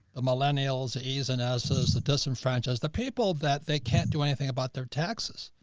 the millennials, e's and s's the disenfranchise, the people that they can't do anything about their taxes.